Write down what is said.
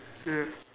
yes